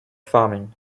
farming